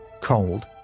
cold